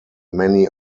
many